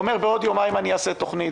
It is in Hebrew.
הוא אומר: בעוד יומיים אני אעשה תוכנית.